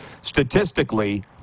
statistically